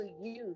use